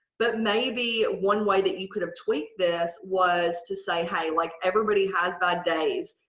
but maybe one way that you could have tweaked this was to say, hey, like everybody has bad days.